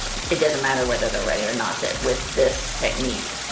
it doesn't matter whether they're ready or not. that with this technique,